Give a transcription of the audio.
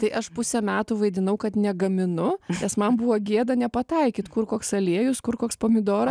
tai aš pusę metų vaidinau kad negaminu nes man buvo gėda nepataikyt kur koks aliejus kur koks pomidoras